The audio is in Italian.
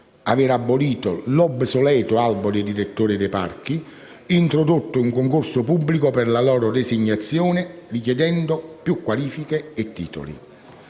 aver abolito l'obsoleto albo dei direttori dei parchi, introdotto un concorso pubblico per la loro designazione, richiedendo più qualifiche e titoli